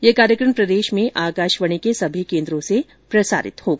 यह कार्यक्रम प्रदेश में आकाशवाणी के सभी केन्द्रों से प्रसारित किया जाएगा